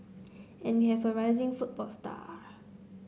and we have a rising football star